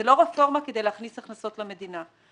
זאת לא רפורמה כדי להכניס הכנסות למדינה.